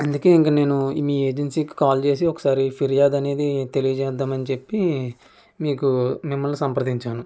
అందుకే ఇంక నేను మీ ఏజెన్సీకి కాల్ చేసి ఒకసారి పిర్యాదు అనేది తెలియచేద్దామని చెప్పి మీకు మిమ్మల్ని సంప్రదించాను